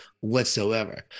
whatsoever